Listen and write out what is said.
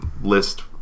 list